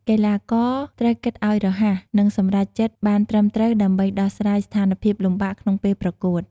កីឡាករត្រូវគិតឲ្យរហ័ស និងសម្រេចចិត្តបានត្រឹមត្រូវដើម្បីដោះស្រាយស្ថានភាពលំបាកក្នុងពេលប្រកួត។